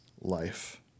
life